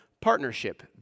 partnership